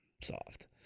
Soft